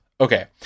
Okay